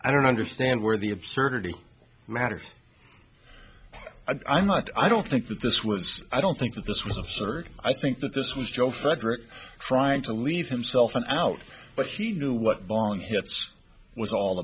i don't understand where the absurdity matters i'm not i don't think that this was i don't think this was absurd i think that this was joe frederick trying to leave himself an out but he knew what bong hits was all